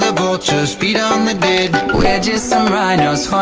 vultures, feed on the dead we're just some rhinos,